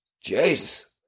Jesus